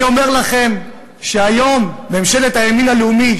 אני אומר לכם שהיום ממשלת הימין הלאומי,